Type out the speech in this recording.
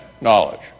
knowledge